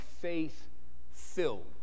faith-filled